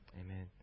Amen